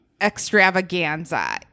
extravaganza